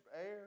air